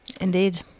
indeed